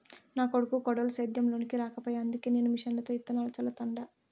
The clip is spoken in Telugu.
నా కొడుకు కోడలు సేద్యం లోనికి రాకపాయె అందుకే నేను మిషన్లతో ఇత్తనాలు చల్లతండ